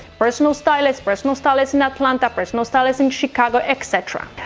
personal stylist, personal stylist in atlanta, personal stylist in chicago, et cetera.